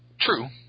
true